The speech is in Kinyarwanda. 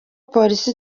polisi